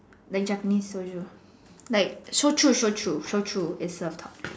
like Japanese soju like soju soju is of top